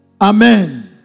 Amen